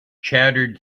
chattered